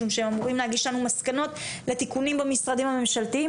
משום שהם אמורים להגיש לנו מסקנות לתיקונים במשרדים הממשלתיים,